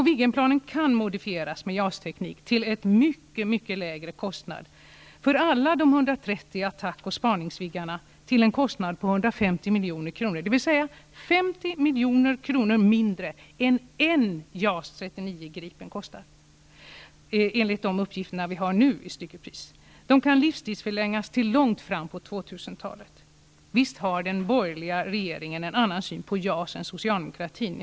Viggenplanen kan modifieras med JAS-teknik till mycket lägre kostnad; för alla de 130 attack och spaningsviggarna till en kostnad på 150 milj.kr., dvs. 50 milj.kr. mindre än vad en JAS 39 Gripen kostar enligt de uppgifter vi har nu på styckepris. De kan livstidsförlängas till långt fram på 2000 Visst har den borgerliga regeringen en annan syn på JAS än Socialdemokraterna.